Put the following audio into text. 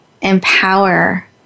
empower